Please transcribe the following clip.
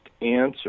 answer